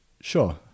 Sure